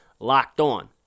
LOCKEDON